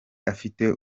afite